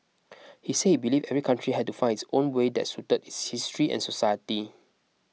he say believed every country had to find its own way that suited its history and society